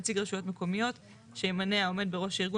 ונציג רשויות מקומיות שימנה העומד בראש ארגון